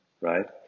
right